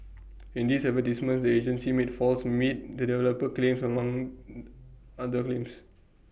in these advertisements the agency made false meet the developer claims among other claims